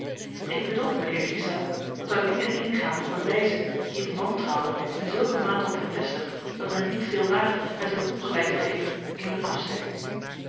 ik bedoel mijnheer de ghiselles dat er lieden heengaan op eene wijze die het wantrouwen in zulke mate op hen vestigt dat men niet veel waagt met hun ongelijk te geven in hun afzijn